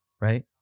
right